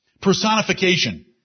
Personification